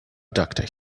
doctor